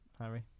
Harry